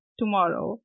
tomorrow